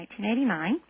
1989